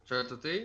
יש סנכרון